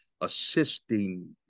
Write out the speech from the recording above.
assisting